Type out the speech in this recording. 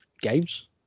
games